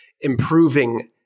improving